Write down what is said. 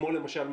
כמו למשל,